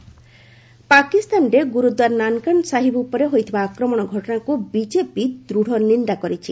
BJP condemns ପାକିସ୍ତାନରେ ଗୁରୁଦ୍ୱାର ନାନକାନ୍ ସାହିବ ଉପରେ ହୋଇଥିବା ଆକ୍ରମଣ ଘଟଣାକୁ ବିଜେପି ଦୃଢ଼ ନିନ୍ଦା କରିଛି